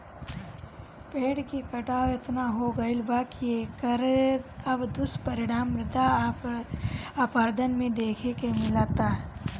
पेड़ के कटाव एतना हो गईल बा की एकर अब दुष्परिणाम मृदा अपरदन में देखे के मिलता